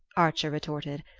archer retorted.